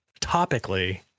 topically